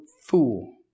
fool